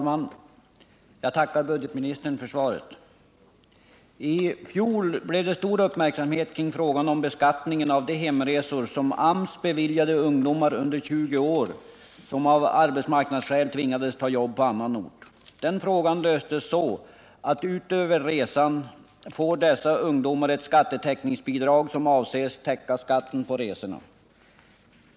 Herr talman! I fjol blev det stor uppmärksamhet kring frågan om beskattningen av de hemresor som AMS beviljade ungdomar under 20 år, som av arbetsmarknadsskäl tvingades ta jobb på annan ort. Den frågan löstes så att utöver resan får dessa ungdomar ett skattetäckningsbidrag, som avses täcka skatten på reseersättningarna.